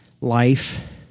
Life